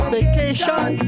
Vacation